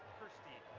christine